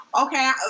Okay